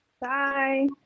Bye